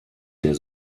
der